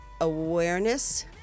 awareness